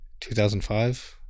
2005